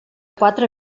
quatre